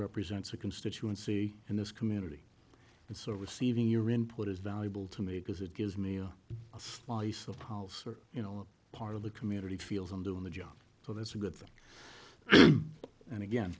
represents a constituency in this community and so receiving your input is valuable to me because it gives me a slice of paul's you know part of the community feels i'm doing the job so that's a good thing and again